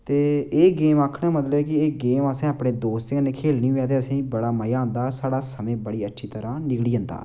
ते एह् गेम आक्खने दा मतलब ऐ कि एह् गेम असें अपने दोस्तें कन्नै खेलनी होऐ ते असेंगी बड़ा मजा आंदा साढ़ा समें बड़ी अच्छी तरह निकली जंदा